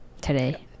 today